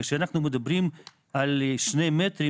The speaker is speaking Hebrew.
כשאנחנו מדברים על שני מטרים,